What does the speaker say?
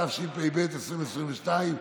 התשפ"ב 2022,